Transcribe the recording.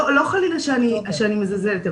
לא חלילה שאני מזלזלת,